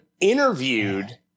interviewed